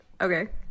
Okay